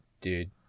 dude